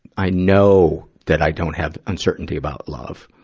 i know that i don't have uncertainty about love.